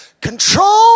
control